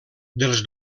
dels